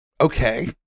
okay